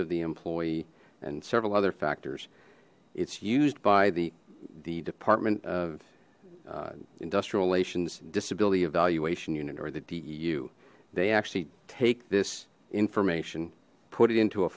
of the employee and several other factors it's used by the the department of industrial relations disability evaluation unit or the deu they actually take this information put it into a